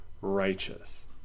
righteous